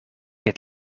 het